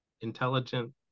intelligent